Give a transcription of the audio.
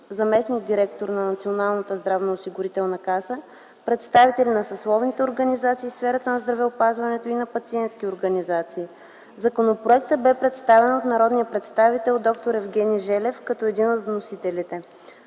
заместник-директор на Националната здравноосигурителна каса, представители на съсловните организации в сферата на здравеопазването и на пациентски организации. Законопроектът бе представен от народния представител д-р Евгений Желев като един от вносителите.